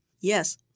Yes